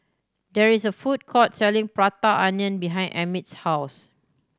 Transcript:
there is a food court selling Prata Onion behind Emit's house